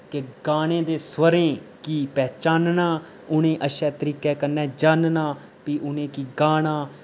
के गाने दे स्वरें गी पहचानना उनें अच्छे तरीके कन्नै जानना फ्ही उनेंगी गाना